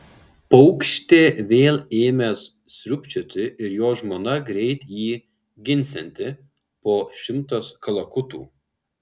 paukštė vėl ėmęs sriubčioti ir jo žmona greit jį ginsianti po šimtas kalakutų